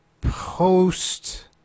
post